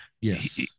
Yes